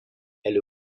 elle